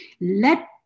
let